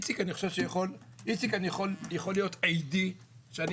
אני חושב שאיציק יכול להיות עדי שאני